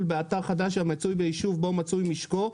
באתר חדש המצוי בישוב שבו מצוי משקו,